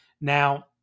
Now